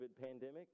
pandemic